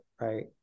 right